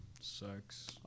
sucks